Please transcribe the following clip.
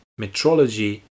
metrology